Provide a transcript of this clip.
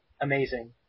amazing